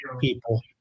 people